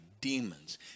demons